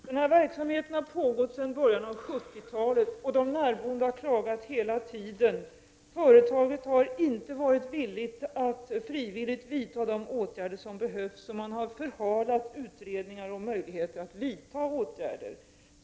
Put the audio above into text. Herr talman! Den här verksamheten har pågått sedan början av 70-talet, och de närboende har klagat hela tiden. Företaget har inte varit villigt att frivilligt vidta de åtgärder som behövs. Man har förhalat utredningar och möjligheterna att vidta åtgärder.